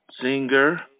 Singer